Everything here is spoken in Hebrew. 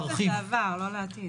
לשעבר, לא לעתיד.